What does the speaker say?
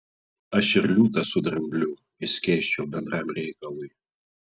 aš ir liūtą su drambliu išskėsčiau bendram reikalui